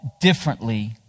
differently